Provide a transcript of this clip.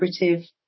collaborative